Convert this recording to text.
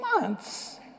months